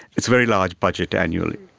it's a very large budget annually.